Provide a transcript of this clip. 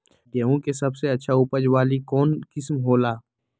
गेंहू के सबसे अच्छा उपज वाली कौन किस्म हो ला?